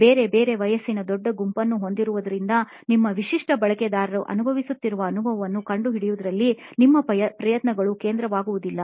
ಬೇರೆ ಬೇರೆ ವಯಸ್ಸಿನ ದೊಡ್ಡ ಗುಂಪನ್ನು ಹೊಂದಿರುವುದರಿಂದ ನಿಮ್ಮ ವಿಶಿಷ್ಟ ಬಳಕೆದಾರರು ಅನುಭವಿಸುತ್ತಿರುವ ಅನುಭವವನ್ನು ಕಂಡುಹಿಡಿಯುವಲ್ಲಿ ನಿಮ್ಮ ಪ್ರಯತ್ನಗಳು ಕೇಂದ್ರೀಕರಿಸುವುದಿಲ್ಲ